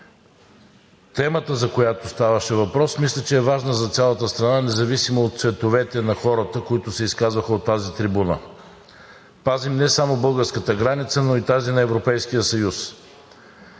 Темата, за която ставаше въпрос, мисля, че е важна за цялата страна, независимо от цветовете на хората, които се изказаха от тази трибуна. Пазим не само българската граница, но и тази на Европейския съюз.